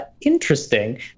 interesting